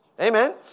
Amen